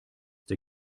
der